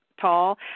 tall